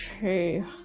True